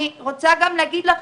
אני רוצה גם להגיד לכם,